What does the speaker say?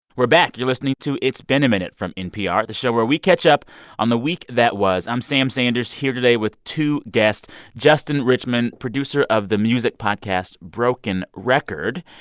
we're back. you're listening to it's been a minute from npr, the show where we catch up on the week that was. i'm sam sanders here today with two guests justin richmond, producer of the music podcast broken record,